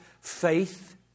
faith